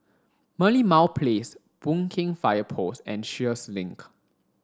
Merlimau Place Boon Keng Fire Post and Sheares Link